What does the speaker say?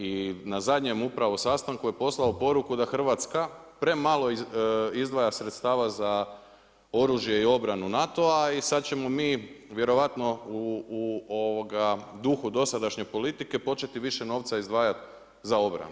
I na zadnjem upravo sastanku je poslao poruku da Hrvatska premalo izdvaja sredstava za oružje i obranu NATO-a, a i sada ćemo mi vjerojatno u duhu dosadašnje politike početi više novca izdvajati za obranu.